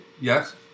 Yes